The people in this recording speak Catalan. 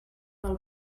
del